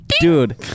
Dude